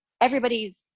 Everybody's